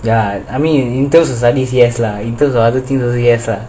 ya I mean in terms of studies yes lah in terms of other thing